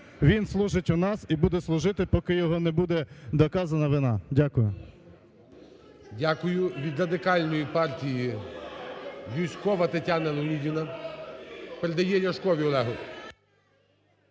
він служить у нас і буде служити, поки його не буде доказана вина. Дякую. ГОЛОВУЮЧИЙ. Дякую. Від Радикальної партії Юзькова Тетяна Леонідівна передає Ляшкові Олегу.